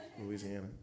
Louisiana